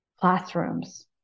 classrooms